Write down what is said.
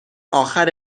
آخر